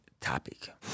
topic